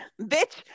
Bitch